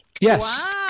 Yes